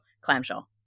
clamshell